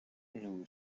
nous